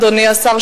אדוני השר,